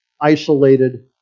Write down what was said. isolated